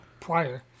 prior